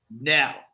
now